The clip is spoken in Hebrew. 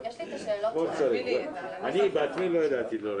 (הישיבה נפסקה בשעה 11:26 ונתחדשה בשעה 11:30 אני מחדש את הדיון.